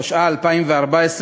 התשע"ה 2014,